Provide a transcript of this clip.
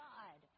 God